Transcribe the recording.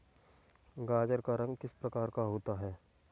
गाजर का रंग किस प्रकार का होता है?